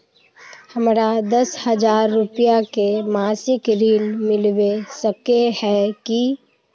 हमरा दस हजार रुपया के मासिक ऋण मिलबे सके है की?